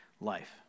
life